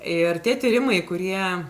ir tie tyrimai kurie